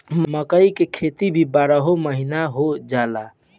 मकई के खेती भी बारहो महिना हो जाला